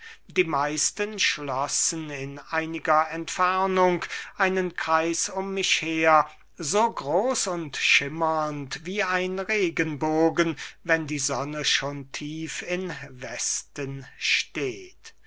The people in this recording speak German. die meisten schlossen in einiger entfernung einen kreis um mich her so groß und schimmernd wie ein regenbogen wenn die sonne schon tief in westen steht